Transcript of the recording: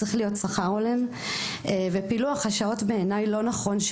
צריך להיות שכר הולם ופילוח השעות בעיניי הוא לא נכון.